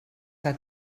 que